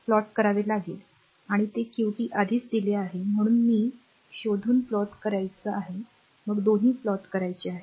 plot करावे लागेल आणि ते क्यूटी आधीच दिली आहे फक्त ती शोधून प्लॉट करायची आहे मग दोन्ही प्लॉट करायचे आहेत